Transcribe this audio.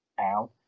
out